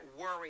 worry